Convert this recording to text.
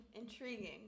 intriguing